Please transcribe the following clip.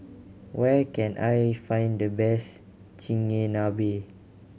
where can I find the best Chigenabe